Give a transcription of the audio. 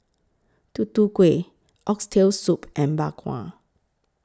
Tutu Kueh Oxtail Soup and Bak Kwa